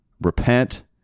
repent